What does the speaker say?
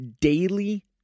daily